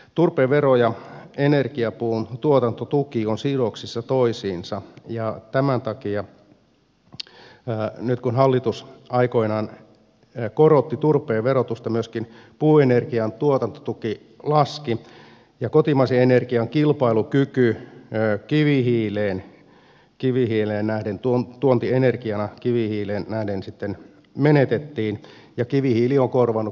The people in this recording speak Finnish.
turpeen vero ja energiapuun tuotantotuki ovat sidoksissa toisiinsa ja tämän takia nyt kun hallitus aikoinaan korotti turpeen verotusta myöskin puuenergian tuotantotuki laski ja kotimaisen energian kilpailukyky kivihiileen nähden tuontienergiana sitten menetettiin ja kivihiili on korvannut kotimaisen energian